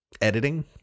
editing